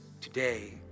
today